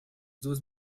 duas